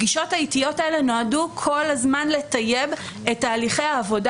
הפגישות העיתיות האלה נועדו כל הזמן לטייב את תהליכי העבודה